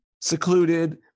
secluded